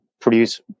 produce